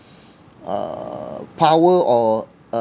uh power or